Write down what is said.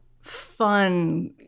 fun